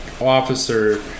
officer